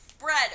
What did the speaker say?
bread